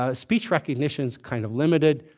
ah speech recognition's kind of limited.